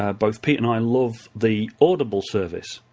ah both pete and i love the audible service